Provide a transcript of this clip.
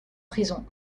prison